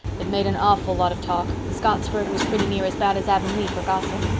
it made an awful lot of talk. scottsford was pretty near as bad as avonlea for gossip.